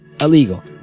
Illegal